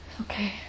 Okay